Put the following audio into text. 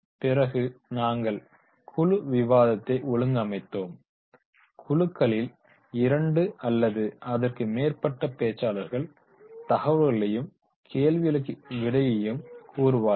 பிறகு நாங்கள் குழு விவாதத்தை ஒழுங்கமைத்தோம் குழுக்களில் இரண்டு அல்லது அதற்கு மேற்பட்ட பேச்சாளர்கள் தகவல்களையும் கேள்விகளுக்கு விடையையும் கூறுவார்கள்